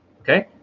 Okay